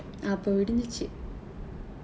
அப்போ விடிச்சுஞ்சு:appoo vidinjchsuchsu